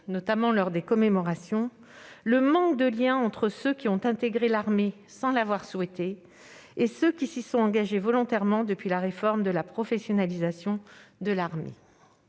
notamment lors des commémorations, le manque de lien entre ceux qui ont intégré l'armée sans l'avoir souhaité et ceux qui s'y sont engagés volontairement depuis la réforme de la professionnalisation de l'armée.